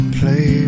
play